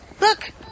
look